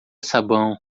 sabão